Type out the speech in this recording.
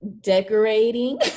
decorating